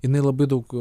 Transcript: jinai labai daug